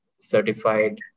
certified